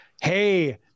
Hey